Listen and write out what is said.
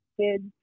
kids